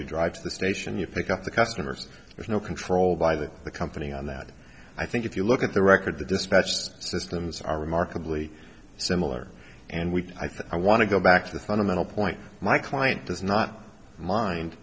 you drive to the station you pick up the customers there's no control by the the company on that i think if you look at the record the dispatch systems are remarkably similar and we i think i want to go back to the fundamental point my client does not mind